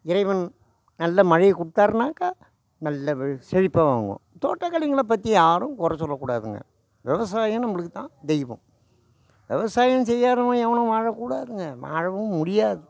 இறைவன் நல்ல மழையை கொடுத்தாருன்னாக்கா நல்லா செழிப்பாக ஆகும் தோட்டக்கலைகள பற்றி யாரும் கொறை சொல்லக்கூடாதுங்க விவசாயம் நம்மளுக்கு தான் தெய்வம் விவசாயம் செய்யாதவன் எவனும் வாழக்கூடாதுங்க வாழவும் முடியாது